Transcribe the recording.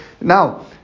now